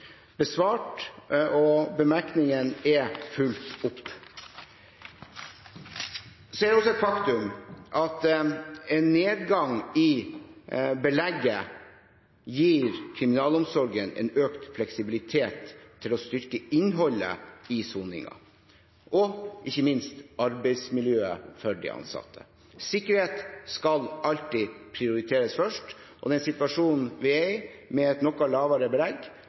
besvart, og bemerkningene er fulgt opp. Det er også et faktum at en nedgang i belegget gir kriminalomsorgen økt fleksibilitet til å styrke innholdet i soningen og ikke minst arbeidsmiljøet for de ansatte. Sikkerhet skal alltid prioriteres først. Den situasjonen vi er i, med et noe lavere belegg